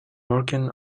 working